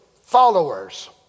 followers